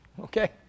Okay